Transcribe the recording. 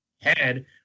head